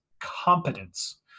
competence